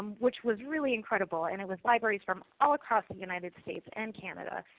which was really incredible. and it was libraries from all across the united states and canada.